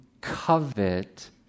covet